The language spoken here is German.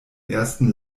ersten